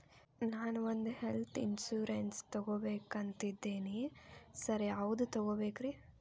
ನಾನ್ ಒಂದ್ health insurance ತಗಬೇಕಂತಿದೇನಿ sir ಯಾವದ ತಗಬೇಕ್ರಿ?